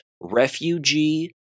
refugee